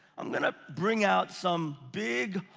i'm gonna bring out some big,